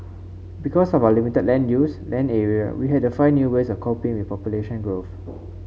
because of our limited land use land area we had to find new ways of coping with population growth